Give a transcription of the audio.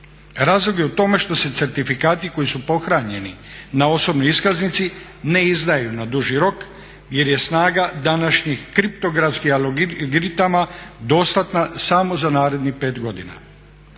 Razlog je u tome što se certifikati koji su pohranjeni na osobnoj iskaznici ne izdaju na duži rok jer je snaga današnjih kriptografskih algoritama dostatna samo za narednih pet godina.